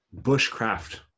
bushcraft